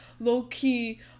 low-key